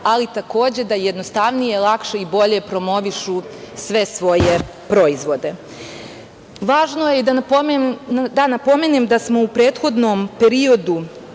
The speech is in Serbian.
ali takođe da jednostavnije, lakše i bolje promovišu sve svoje proizvode. Važno je da napomenem da smo u prethodnom periodu